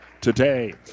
today